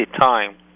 time